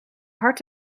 hart